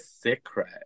secret